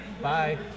Bye